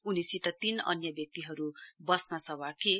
उनीसित तीन अन्य व्यक्तिहरु बसमा सवार थिए